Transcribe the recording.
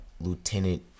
lieutenant